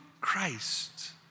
Christ